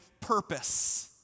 purpose